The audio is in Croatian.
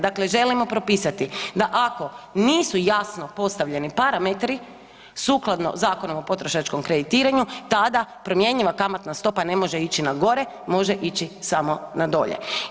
Dakle, želimo propisati da ako nisu jasno postavljeni parametri sukladno Zakonu o potrošačkom kreditiranju, tada promjenjiva kamatna stopa ne može ići na gore, može ići samo na dolje.